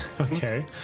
Okay